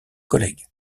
collègues